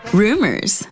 rumors